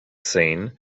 scene